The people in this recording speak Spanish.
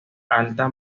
altar